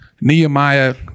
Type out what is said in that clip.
Nehemiah